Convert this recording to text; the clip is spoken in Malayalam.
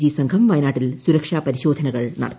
ജി സംഘം വയനാട്ടിൽ സുരക്ഷാപരിശോധനകൾ നടത്തി